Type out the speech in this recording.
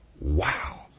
Wow